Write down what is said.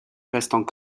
restent